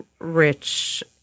rich